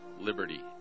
liberty